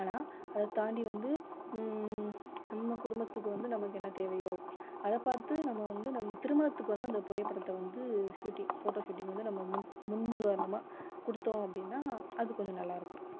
ஆனால் அதைத் தாண்டி வந்து நம்ம குடும்பத்துக்கு வந்து நமக்கு என்ன தேவையோ அதை பார்த்து நம்ம வந்து நம்ம திருமணத்துக்கு வந்து அந்த புகைப்படத்தை வந்து ஷூட்டிங் ஃபோட்டோ ஷூட்டிங் வந்து நம்ம முன் முன்னுதாரணமாக கொடுத்தோம் அப்படின்னா அது கொஞ்சம் நல்லா இருக்கும்